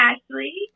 Ashley